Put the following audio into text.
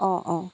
অঁ অঁ